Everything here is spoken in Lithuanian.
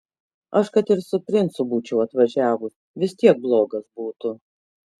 aš kad ir su princu būčiau atvažiavus vis tiek blogas būtų